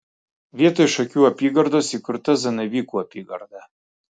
vietoj šakių apygardos įkurta zanavykų apygarda